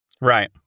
Right